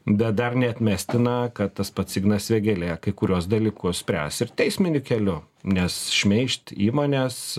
bet dar neatmestina kad tas pats ignas vėgėlė kai kuriuos dalykus spręs ir teisminiu keliu nes šmeižt įmones